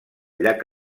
llac